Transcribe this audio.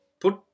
put